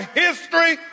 history